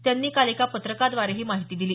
त्यांनी काल एका पत्रकाद्वारे ही माहिती दिली